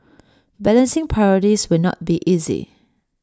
balancing priorities will not be easy